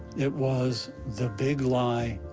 it was the big lie,